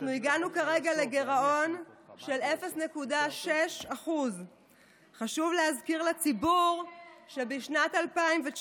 אנחנו הגענו כרגע לגירעון של 0.6%. חשוב להזכיר לציבור שבשנת 2019,